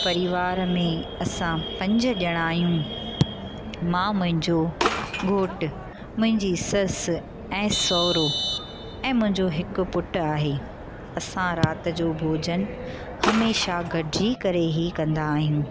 परिवार में असां पंज ॼणा आहियूं मां मुंहिंजो घोटु मुंहिंजी ससु ऐं सहुरो ऐं मुंहिंजो हिकु पुटु आहे असां राति जो भोॼन हमेशा गॾिजी करे ई कंदा आहियूं